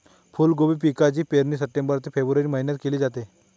फुलकोबी पिकाची पेरणी सप्टेंबर ते फेब्रुवारी महिन्यात केली जाते